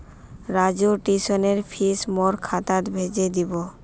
राजूर ट्यूशनेर फीस मोर खातात भेजे दीबो